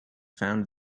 found